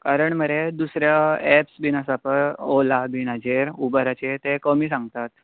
कारण मरे दुसरे एप्स बीन आसात पय ओला बीन हाचेर उबराचेर ते कमी सांगतात